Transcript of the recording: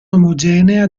omogenea